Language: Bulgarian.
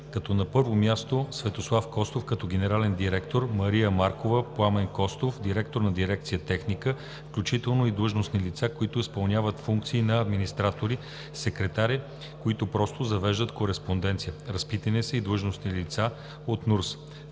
като на първо място е Светослав Костов като генерален директор, Мария Маркова, Пламен Костов – директор на дирекция „Техника“, включително и длъжностни лица, които изпълняват функции на администратори, секретари, които просто завеждат кореспонденция. Разпитани са и длъжностни лица от НУРТС.